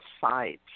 sides